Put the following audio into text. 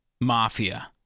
mafia